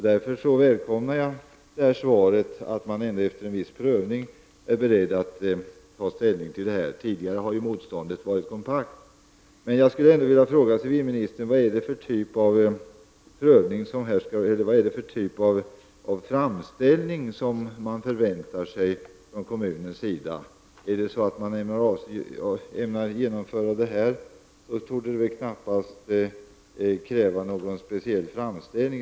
Därför välkomnar jag svaret att man efter en viss prövning är beredd att ta ställning till eventuella förändringar. Motståndet har ju tidigare varit kompakt. Jag skulle ändå vilja fråga civilministern vad det är för typ av framställning från kommunens sida som man förväntar sig. Om man ämnar genomföra detta så torde det knappast krävas någon speciell framställning.